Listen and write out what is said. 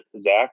Zach